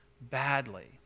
badly